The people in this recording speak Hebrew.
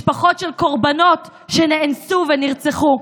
משפחות של קורבנות שנאנסו ונרצחו.